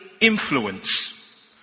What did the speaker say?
influence